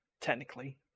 technically